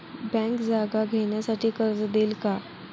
Bank जागा घेण्यासाठी कर्ज देईल का?